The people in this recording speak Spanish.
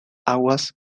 aguas